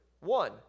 One